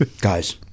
Guys